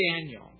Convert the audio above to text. Daniel